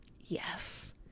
Yes